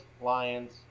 Lions